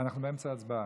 אנחנו באמצע הצבעה.